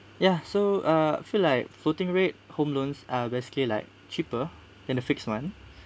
ya so uh I feel like floating rate home loans are basically like cheaper than the fixed [one]